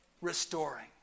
restoring